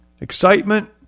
Excitement